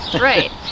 right